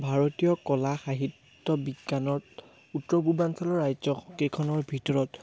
ভাৰতীয় কলা সাহিত্য বিজ্ঞানত উত্তৰ পূৰ্বাঞ্চলৰ ৰাজ্যকেইখনৰ ভিতৰত